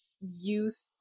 youth